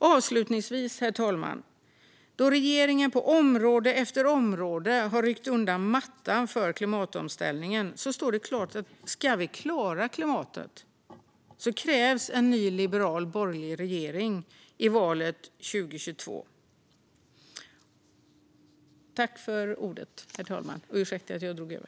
Avslutningsvis, herr talman: Då regeringen på område efter område har ryckt undan mattan för klimatomställningen står det klart att om vi ska klara klimatet krävs en ny liberal, borgerlig regering i valet 2022.